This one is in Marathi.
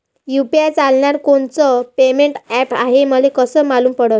यू.पी.आय चालणारं कोनचं पेमेंट ॲप हाय, हे मले कस मालूम पडन?